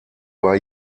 war